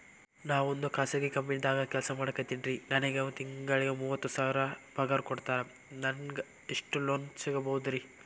ನಾವೊಂದು ಖಾಸಗಿ ಕಂಪನಿದಾಗ ಕೆಲ್ಸ ಮಾಡ್ಲಿಕತ್ತಿನ್ರಿ, ನನಗೆ ತಿಂಗಳ ಮೂವತ್ತು ಸಾವಿರ ಪಗಾರ್ ಕೊಡ್ತಾರ, ನಂಗ್ ಎಷ್ಟು ಲೋನ್ ಸಿಗಬೋದ ರಿ?